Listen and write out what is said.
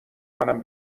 منم